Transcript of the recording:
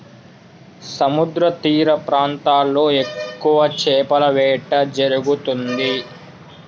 సముద్రతీర ప్రాంతాల్లో ఎక్కువ చేపల వేట జరుగుతుంది